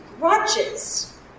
grudges